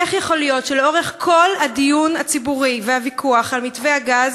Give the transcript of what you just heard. איך יכול להיות שלאורך כל הדיון הציבורי והוויכוח על מתווה הגז,